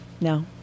No